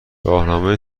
راهنمای